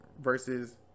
versus